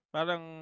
Parang